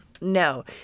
No